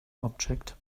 object